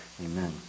amen